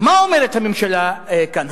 מה אומרת הממשלה כאן?